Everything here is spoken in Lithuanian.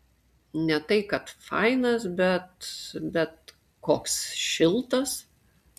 ne tai kad fainas bet bet koks šiltas